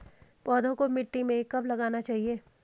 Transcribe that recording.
पौधों को मिट्टी में कब लगाना चाहिए?